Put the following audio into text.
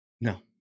No